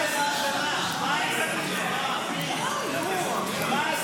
כשתיעלם יתפללו לשובך / וכשתופיע לראותך איש לא יוכל".